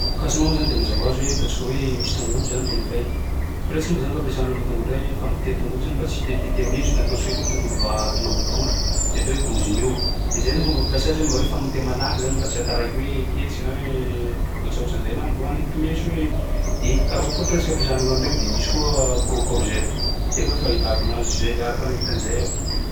Casse-noix moa zany de mazava hoazy hoe ataontsika hoe misy tongolo zany tongolo lay presque koa moa zany fampiasan'olo ny tongolo lay famoteha tongolo zany mba tsy itetiteteha meso na ataontsika koa tongolo va- tongolo bory zay atao hoe gros oignon. De zay zany fomba fampiasa azy hoe mba hoe famoteha malaky zany mba tsy hahataraiky hoe ketsiky na hoe ohatsaohatsan'izay na mbô hanetiky meso e, de karaoty koa presque ampiasan'olo an'iregny de misy koa krô- kôrzety, zay loha fahitako anazy zay ary fa nahita an'izay aho.